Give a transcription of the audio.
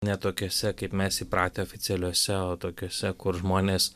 ne tokiuose kaip mes įpratę oficialiuose o tokiuose kur žmonės